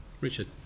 Richard